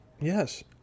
Yes